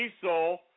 Diesel